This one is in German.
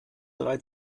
drei